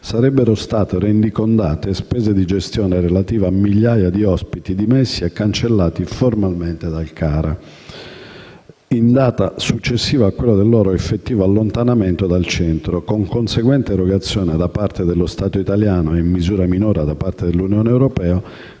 sarebbero state rendicontate spese di gestione relative a migliaia di ospiti dimessi e cancellati formalmente dal CARA di Mineo in data successiva a quella del loro effettivo allontanamento dal centro, con conseguente erogazione da parte dello Stato italiano e, in misura minore, da parte dell'Unione europea,